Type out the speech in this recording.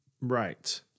Right